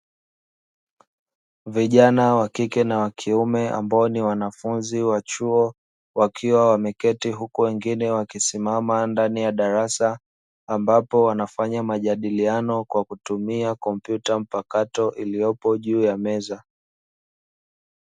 Vijana wa kike na wa kiume ambao ni wanafunzi wa chuo, wakiwa wameketi huku wengine wakisimama ndani ya darasa, ambapo wanafanya majadiliano kwa kutumia kompyuta mpakato iliyopo juu ya meza.